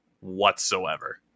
whatsoever